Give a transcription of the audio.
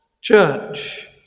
church